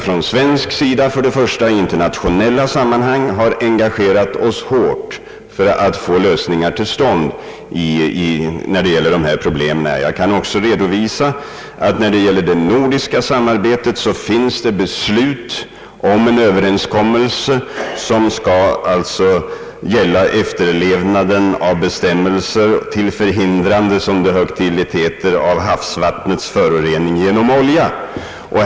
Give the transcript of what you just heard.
Från svensk sida har vi i internationella sammanhang engagerat oss hårt för att få till stånd lösningar på detta område. Beträffande det nordiska samarbetet finns det beslut om en överenskommelse gällande efterlevnaden av bestämmelser till förhindrande av havsvattnets förorening genom olja.